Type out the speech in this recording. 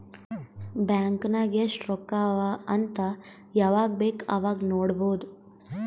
bank ನಾಗ್ ಎಸ್ಟ್ ರೊಕ್ಕಾ ಅವಾ ಅಂತ್ ಯವಾಗ ಬೇಕ್ ಅವಾಗ ನೋಡಬೋದ್